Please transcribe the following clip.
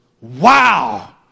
Wow